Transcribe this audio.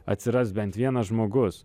atsiras bent vienas žmogus